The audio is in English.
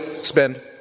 Spend